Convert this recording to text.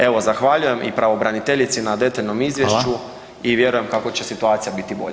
Evo zahvaljujem i pravobraniteljici na detaljnom izvješću [[Upadica: Hvala.]] i vjerujem kako će situacija biti